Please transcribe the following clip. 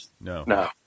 no